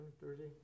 Thursday